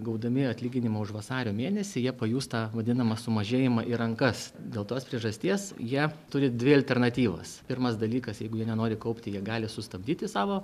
gaudami atlyginimą už vasario mėnesį jie pajus tą vadinamą sumažėjimą į rankas dėl tos priežasties jie turi dvi alternatyvas pirmas dalykas jeigu jie nenori kaupti jie gali sustabdyti savo